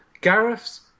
Gareth's